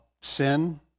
sin